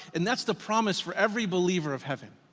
and that's the promise for every believer of heaven.